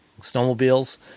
snowmobiles